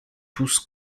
tous